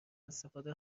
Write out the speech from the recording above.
استفاده